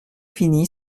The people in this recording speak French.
fini